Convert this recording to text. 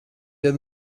iet